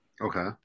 Okay